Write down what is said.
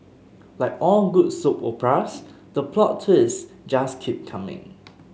like all good soap operas the plot twists just keep coming